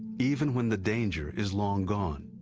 even when the danger is long gone.